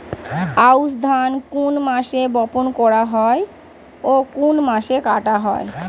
আউস ধান কোন মাসে বপন করা হয় ও কোন মাসে কাটা হয়?